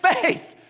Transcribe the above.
faith